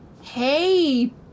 Hey